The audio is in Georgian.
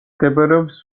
მდებარეობს